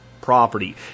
property